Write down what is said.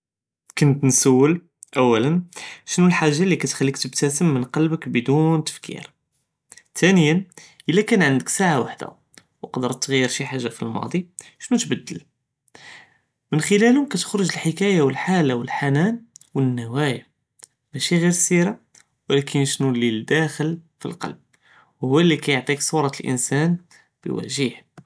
כונט ניסול אולא שנו אלחאג'ה אללי קטחליק תבסתם מן לבבך בלא תפיקיר, תאניה אלא קאן ענדך סעה ואחדה וקדרת תג'יר שי חאג'ה פאלמאדי שנו תבדל? מן דרךהם קטחרג אלחקאיה ואלחאלה ואלחנאן ואלנוואיה מאשי גור אלסירה ולקין שנו אללי ל דאר פנלקלב הואא אללי קיעטיך סורה אלאנסן פאלוויג'.